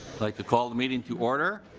like to call the meeting to order.